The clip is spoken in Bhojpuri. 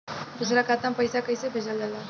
दोसरा खाता में पईसा कइसे भेजल जाला बताई?